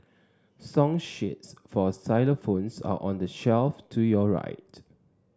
song sheets for xylophones are on the shelf to your right